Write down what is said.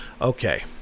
Okay